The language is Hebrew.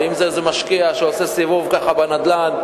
ואם זה איזה משקיע שעושה סיבוב ככה בנדל"ן,